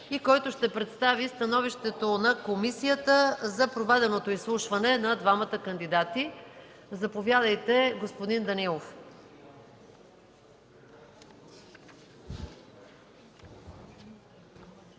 и ще представи становището на комисията за проведеното изслушване на двамата кандидати. Заповядайте, господин Данаилов.